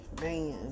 Man